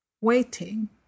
waiting